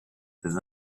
ses